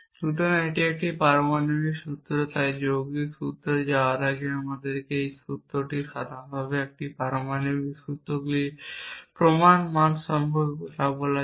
সুতরাং এটি একটি সেট পারমাণবিক সূত্র তাই যৌগিক সূত্রে যাওয়ার আগে বা আমাদের সূত্রটি সাধারণভাবে এই পারমাণবিক সূত্রগুলির প্রমাণ মান সম্পর্কে কথা বলা যাক